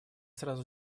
сразу